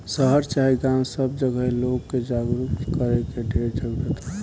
शहर चाहे गांव सब जगहे लोग के जागरूक करे के ढेर जरूरत बा